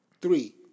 Three